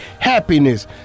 happiness